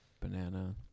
banana